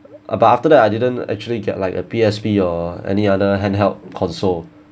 uh but after that I didn't actually get like a P_S_P or any other handheld console